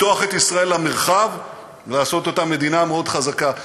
לפתוח את ישראל למרחב ולעשות אותה מדינה מאוד חזקה.